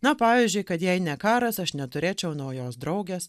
na pavyzdžiui kad jei ne karas aš neturėčiau naujos draugės